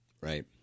Right